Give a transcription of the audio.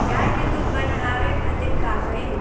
गाय के दूध बढ़ावे खातिर का करी?